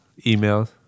emails